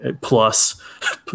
plus